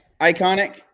iconic